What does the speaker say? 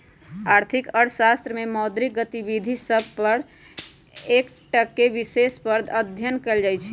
आर्थिक अर्थशास्त्र में मौद्रिक गतिविधि सभ पर एकटक्केँ विषय पर अध्ययन कएल जाइ छइ